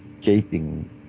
gaping